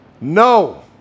No